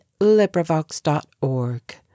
LibriVox.org